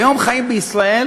כיום חיות בישראל